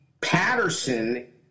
Patterson